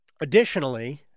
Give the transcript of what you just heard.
Additionally